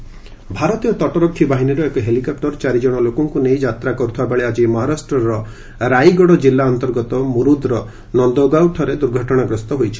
helicopter crashed ଭାରତୀୟ ତଟରକ୍ଷୀ ବାହିନୀର ଏକ ହେଲିକପ୍ଟର ଚାରିଜଣ ଲୋକଙ୍କୁ ନେଇ ଯାତ୍ରା କରୁଥିବା ବେଳେ ଆଜି ମହାରାଷ୍ଟ୍ରର ରାଇଗଡ଼ କିଲ୍ଲା ଅନ୍ତର୍ଗତ ମୁର୍ଦ୍ର ନନ୍ଦଗାଓଁଠାରେ ଦୂର୍ଘଟଣା ଗ୍ରସ୍ତ ହୋଇଛି